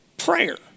Prayer